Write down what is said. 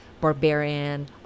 barbarian